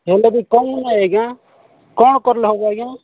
ହେଲେ ବି କ'ଣ ଆଜ୍ଞା କ'ଣ କଲେ ହେବ ଆଜ୍ଞା